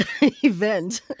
event